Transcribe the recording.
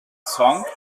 song